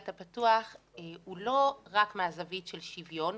הפתוח הוא לא רק מהזווית של שוויון.